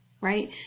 right